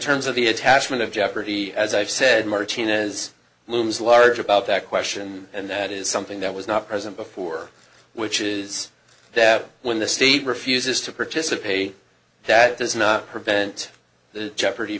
terms of the attachment of jeopardy as i've said martinez looms large about that question and that is something that was not present before which is that when the state refuses to participate that does not prevent the jeopardy